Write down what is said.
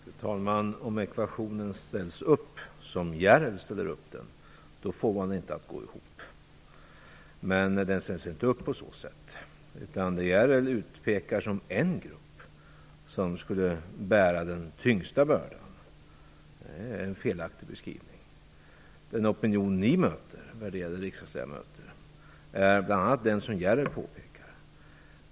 Fru talman! Om ekvationen ställs upp så som Järrel ställer upp den får man den inte att gå ihop. Men den ställs inte upp på så sätt. När Järrel pekar ut en grupp, som skulle bära den tyngsta bördan, är det en felaktig beskrivning. Den opinion ni möter, värderade riksdagsledamöter, är bl.a. den som Järrel påpekar.